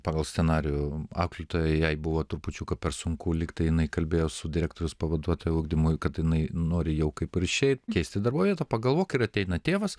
pagal scenarijų auklėtoja jai buvo trupučiuką per sunku lygtai jinai kalbėjo su direktoriaus pavaduotoja ugdymui kad jinai nori jau kaip ir išeit keisti darbo vietą pagalvok ir ateina tėvas